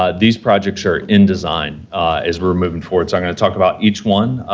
ah these projects are in design as we're moving forward, so, i'm going to talk about each one,